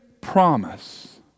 promise